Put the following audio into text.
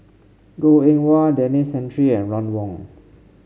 Goh Eng Wah Denis Santry and Ron Wong